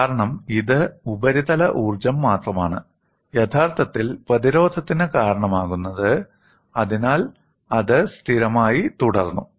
കാരണം ഇത് ഉപരിതല ഊർജ്ജം മാത്രമാണ് യഥാർത്ഥത്തിൽ പ്രതിരോധത്തിന് കാരണമാകുന്നത് അതിനാൽ അത് സ്ഥിരമായി തുടർന്നു